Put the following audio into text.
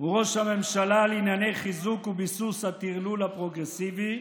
הוא ראש הממשלה לענייני חיזוק וביסוס הטרלול הפרוגרסיבי.